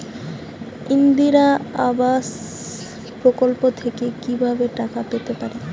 ইন্দিরা আবাস প্রকল্প থেকে কি ভাবে টাকা পেতে পারি?